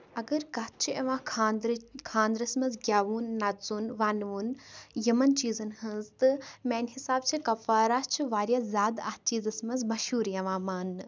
اَگر کَتھ چھِ یِوان خاندرٕچ خانٛدرَس منٛز گیٚوُن نَژُن وَنوُن یِمن چیٖزَن ہنز تہٕ میانہِ حِسابہٕ چھِ کۄپوارا چھُ واریاہ زیادٕ اَتھ چیٖزَس منٛز مَشہوٗر یِوان ماننہٕ